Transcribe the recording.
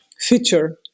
feature